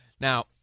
Now